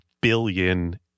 billion